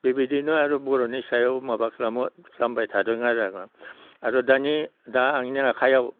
बेबायदिनो आरो बर'नि सायाव माबा खालामो खालामबाय थादों आरो आङो आरो दानि दा आंनि आखाइयाव